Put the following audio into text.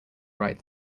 ride